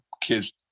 kids